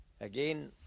again